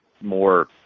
more